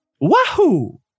Wahoo